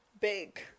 Big